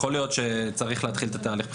יכול להיות שצריך להתחיל את התהליך מחדש,